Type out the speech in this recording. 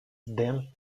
than